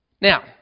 Now